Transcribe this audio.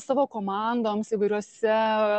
savo komandoms įvairiuose